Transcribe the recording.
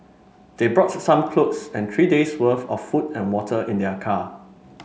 they brought some clothes and three days worth of food and water in their car